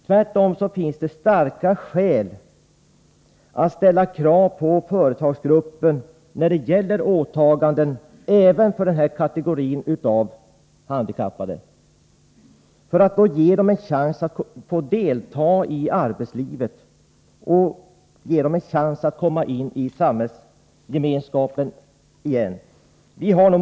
Det finns starka skäl att ställa krav på företagsgruppen när det gäller åtaganden även för denna kategori handikappade, för att ge dem en chans att delta i arbetslivet och komma in i samhällsgemenskapen igen.